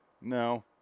No